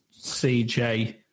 CJ